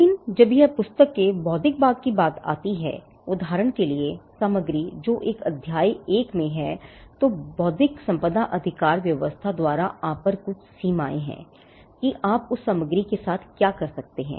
लेकिन जब यह पुस्तक के बौद्धिक भाग की बात आती है उदाहरण के लिए सामग्री जो अध्याय एक में है तो बौद्धिक संपदा अधिकार व्यवस्था द्वारा आप पर कुछ सीमाएं हैं कि आप उस सामग्री के साथ क्या कर सकते हैं